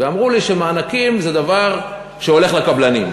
ואמרו לי שמענקים זה דבר שהולך לקבלנים.